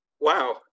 Wow